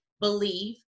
believe